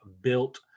Built